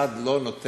והמשרד לא נותן